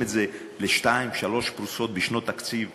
את זה לשתיים-שלוש פרוסות בשנות תקציב,